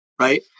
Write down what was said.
right